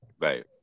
Right